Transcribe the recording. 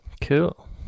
Cool